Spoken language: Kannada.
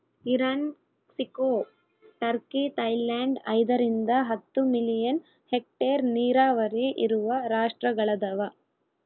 ಇರಾನ್ ಕ್ಸಿಕೊ ಟರ್ಕಿ ಥೈಲ್ಯಾಂಡ್ ಐದರಿಂದ ಹತ್ತು ಮಿಲಿಯನ್ ಹೆಕ್ಟೇರ್ ನೀರಾವರಿ ಇರುವ ರಾಷ್ಟ್ರಗಳದವ